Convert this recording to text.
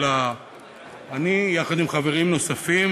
אלא אני יחד עם חברים נוספים,